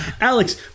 Alex